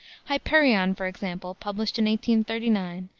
hyperion, for example, published in thirty nine,